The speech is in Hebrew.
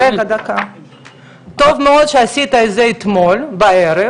טוב מאוד שעשית את זה אתמול בערב